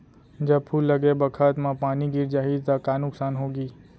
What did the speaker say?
जब फूल लगे बखत म पानी गिर जाही त का नुकसान होगी?